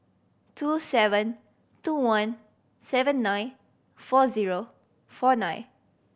two seven two one seven nine four zero four nine